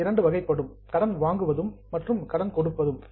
கடன் இரண்டு வகைப்படும் கடன் வாங்குவது மற்றும் கடன் கொடுப்பது